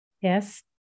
Yes